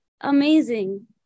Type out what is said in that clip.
Amazing